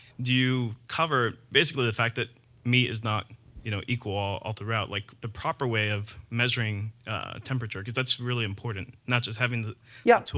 do you cover basically the fact that meat is not you know equal all throughout? like, the proper way of measuring temperature because that's really important. not just having the yeah tool.